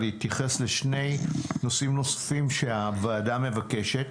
להתייחס לשני נושאים נוספים שהוועדה מבקשת.